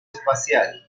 espacial